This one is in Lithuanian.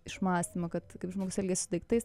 išmąstymą kad kaip žmogus elgiasi su daiktais